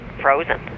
frozen